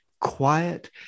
quiet